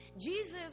Jesus